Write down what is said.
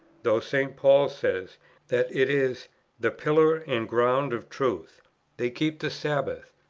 though st. paul says that it is the pillar and ground of truth they keep the sabbath,